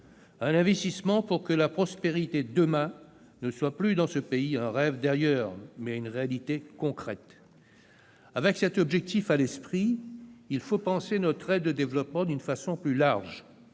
un investissement pour que la prospérité, demain, ne soit plus dans ces pays un rêve d'ailleurs, mais une réalité concrète. Avec cet objectif à l'esprit, il faut penser notre aide au développement d'une façon plus large,